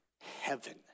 heaven